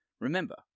Remember